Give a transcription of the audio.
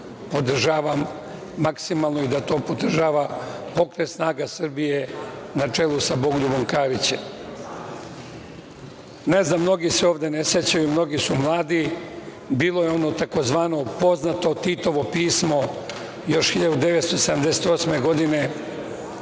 to podržavam maksimalno i da to podržava Pokret snaga Srbije, na čelu sa Bogoljubom Karićem. Mnogi se ovde ne sećaju, mnogi su mladi, bilo je ono tzv. poznato Titovo pismo, još 1978. godine,